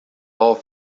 all